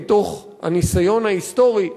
מתוך הניסיון ההיסטורי,